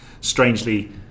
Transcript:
strangely